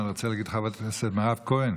אני רוצה להגיד לחברת הכנסת מירב כהן: